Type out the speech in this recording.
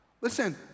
Listen